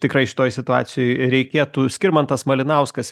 tikrai šitoj situacijoj reikėtų skirmantas malinauskas